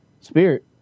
spirit